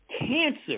cancer